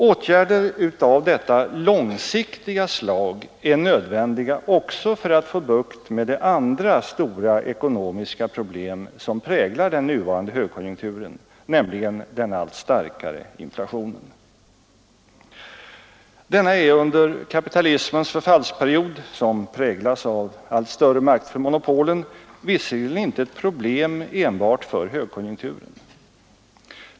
Åtgärder av detta långsiktiga slag är nödvändiga också för att få bukt med det andra stora ekonomiska problem som präglar den nuvarande högkonjunkturen, nämligen den allt starkare inflationen. Denna är under kapitalismens förfallsperiod, som präglas av allt större makt för monopolen, visserligen inte ett problem enbart för högkonjunkturen.